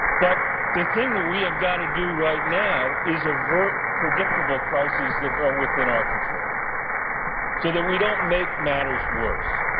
but the thing that we have got to do right now is avert predictable crises that are within our control so that we don't make matters worse.